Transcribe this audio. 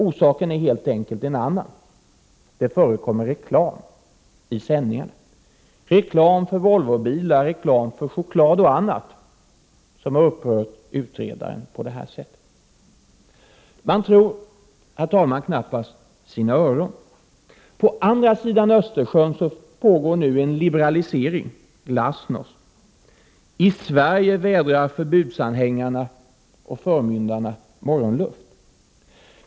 Orsaken är helt enkelt en annan: Det förekommer reklam i sändningarna, reklam för Volvobilar, reklam för choklad och annat, och det är detta som upprört utredaren på det här sättet. Man tror, herr talman, knappast sina öron. På andra sidan Östersjön pågår nu en liberalisering — glasnost. I Sverige vädrar förbudsanhängarna och förmyndarna morgonluft.